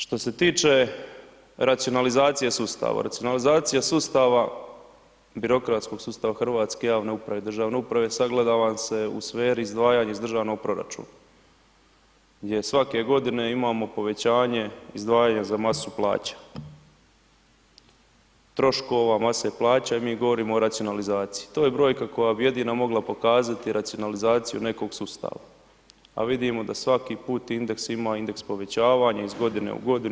Što se tiče racionalizacije sustava, racionalizacija sustava, birokratskog sustava hrvatske javne uprave, državne uprave sagledava vam se u sferi izdvajanja iz državnog proračuna gdje svake godine imamo povećanje izdvajanja za masu plaća, troškova mase plaća i mi govorimo o racionalizaciji, to je brojka koja bi jedina mogla pokazati racionalizaciju nekog sustava, a vidimo da svaki put indeks ima indeks povećavanja iz godine u godinu.